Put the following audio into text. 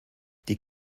die